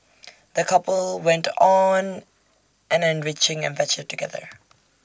the couple went on an enriching adventure together